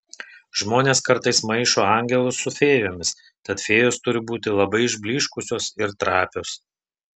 žmonės kartais maišo angelus su fėjomis tad fėjos turi būti labai išblyškusios ir trapios